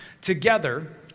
together